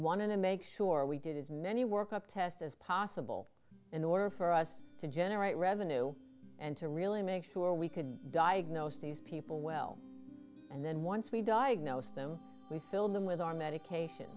to make sure we did as many work up test as possible in order for us to generate revenue and to really make sure we could diagnose these people well and then once we diagnose them we filled them with our medication